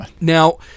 now